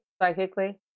psychically